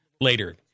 later